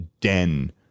den